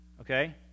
Okay